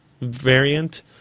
variant